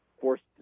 forced